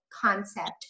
concept